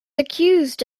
accused